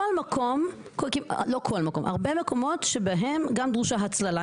הרבה מקומות שבהם גם דרושה הצללה.